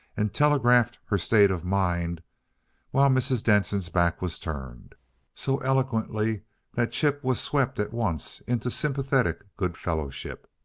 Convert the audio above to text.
and telegraphed her state of mind while mrs. denson's back was turned so eloquently that chip was swept at once into sympathetic good-fellowship.